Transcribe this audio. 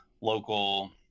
local